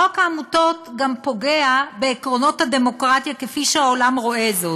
חוק העמותות גם פוגע בעקרונות הדמוקרטיה כפי שהעולם רואה זאת.